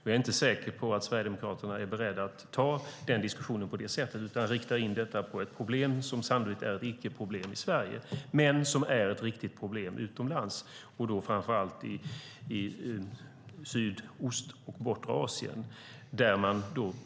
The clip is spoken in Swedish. Jag är inte säker på att Sverigedemokraterna är beredda att ta denna diskussion på detta sätt, utan de riktar in detta på ett problem som sannolikt är ett icke-problem i Sverige men som är ett riktigt problem utomlands och då framför allt i Sydostasien och bortre Asien.